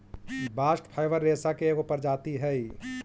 bast fibre रेसा के एगो प्रजाति हई